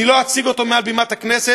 אני לא אציג אותו מעל בימת הכנסת,